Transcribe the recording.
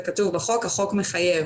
זה כתוב בחוק, החוק מחייב.